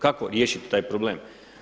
Kako riješiti taj problem?